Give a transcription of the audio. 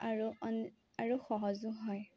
আৰু অন আৰু সহজো হয়